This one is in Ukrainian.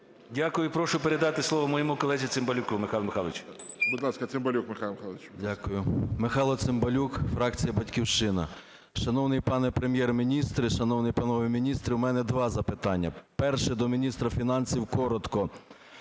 Дякую. І прошу передати слово моєму колезі Цимбалюку Михайлу Михайловичу. ГОЛОВУЮЧИЙ. Будь ласка, Цимбалюк Михайло Михайлович. 10:53:00 ЦИМБАЛЮК М.М. Дякую. Михайло Цимбалюк, фракція "Батьківщина". Шановний пане Прем'єр-міністре, шановні панове міністри, у мене два запитання. Перше – до міністра фінансів, коротко.